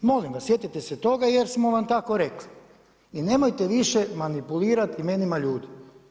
Molim vas, sjetite se toga jer smo vam tako rekli i nemojte više manipulirati imenima ljudi.